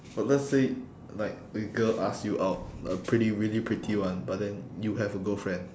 uh let's say a girl ask you out a pretty really pretty one but then you have a girlfriend